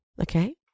Okay